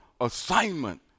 assignment